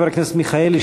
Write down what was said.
חבר הכנסת מיכאלי,